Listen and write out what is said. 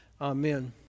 Amen